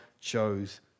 chose